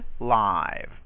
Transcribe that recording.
live